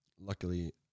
luckily